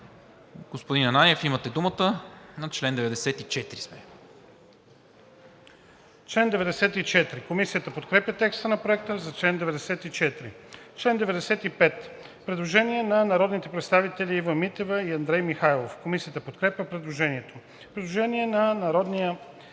Господин Ананиев, имате думата – на чл. 94 сме. ДОКЛАДЧИК НАСТИМИР АНАНИЕВ: Комисията подкрепя текста на Проекта за чл. 94. По чл. 95 има предложение на народните представители Ива Митева и Андрей Михайлов. Комисията подкрепя предложението. Предложение на народния